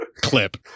clip